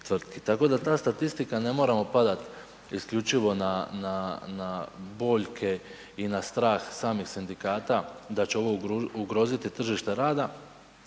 Tako da ta statistika ne moramo padat isključivo na boljke i na strah samih sindikata da će ovo ugroziti tržište rada.